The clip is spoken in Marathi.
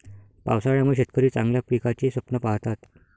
पावसाळ्यामुळे शेतकरी चांगल्या पिकाचे स्वप्न पाहतात